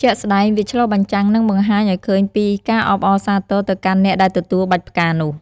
ជាក់ស្ដែង វាឆ្លុះបញ្ចាំង និងបង្ហាញឱ្យឃើញពីការអបអរសាទរទៅកាន់អ្នកដែលទទួលបាច់ផ្កានោះ។